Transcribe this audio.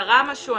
קרה משהו,